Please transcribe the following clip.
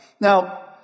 Now